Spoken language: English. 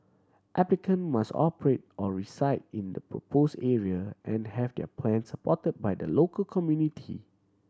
applicant must operate or reside in the propose area and have their plans supported by the local community